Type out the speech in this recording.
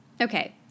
Okay